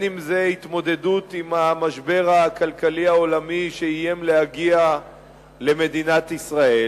אם התמודדות עם המשבר הכלכלי העולמי שאיים להגיע למדינת ישראל,